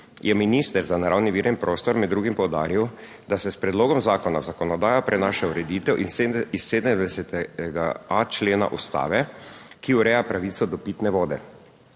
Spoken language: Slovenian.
je minister za naravne vire in prostor med drugim poudaril, da se s predlogom zakona v zakonodajo prenaša ureditev 70.a člena Ustave, ki ureja pravico do pitne vode,